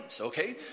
okay